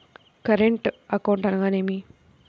Current account అనగా ఏమిటి?